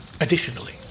Additionally